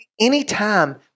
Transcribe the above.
anytime